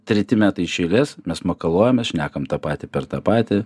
treti metai iš eilės mes makaluojamės šnekam tą patį per tą patį